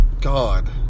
God